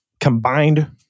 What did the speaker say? combined